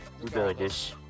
Regardless